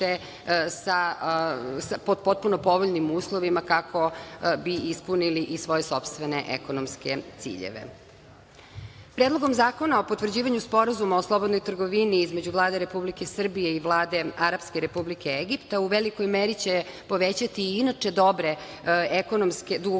pod potpuno povoljnim uslovima kako bi ispunili i svoje sopstvene ekonomske ciljeve. Predlogom zakona o potvrđivanju Sporazuma o slobodnoj trgovini između Vlade Republike Srbije i Vlade Arapske Republike Egipta u velikoj meri će povećati inače dobre dugogodišnje